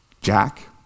Jack